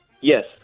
Yes